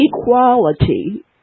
equality